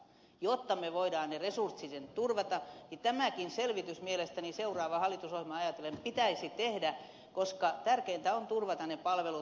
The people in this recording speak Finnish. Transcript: jotta me voimme ne resurssit turvata tämäkin selvitys mielestäni seuraavaa hallitusohjelmaa ajatellen pitäisi tehdä koska tärkeintä on turvata ne palvelut